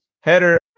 header